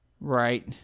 Right